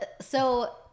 So-